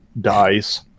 dies